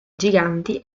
giganti